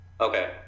Okay